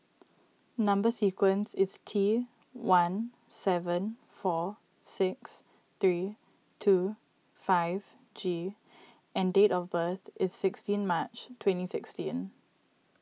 Number Sequence is T one seven four six three two five G and date of birth is sixteen March twenty sixteen